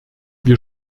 wir